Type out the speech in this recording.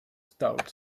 stout